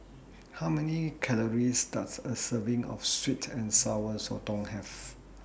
How Many Calories Does A Serving of Sweet and Sour Sotong Have